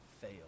fail